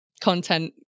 content